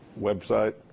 website